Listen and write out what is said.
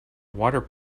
water